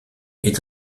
est